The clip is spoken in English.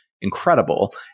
incredible